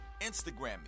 Instagram